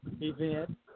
event